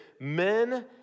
men